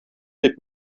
дип